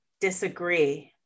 disagree